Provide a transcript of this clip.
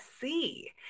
see